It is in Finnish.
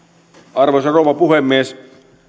arvoisa rouva puhemies